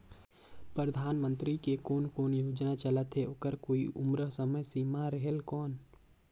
परधानमंतरी के कोन कोन योजना चलत हे ओकर कोई उम्र समय सीमा रेहेल कौन?